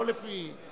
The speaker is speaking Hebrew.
לא לפי,